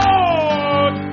Lord